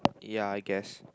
ya I guess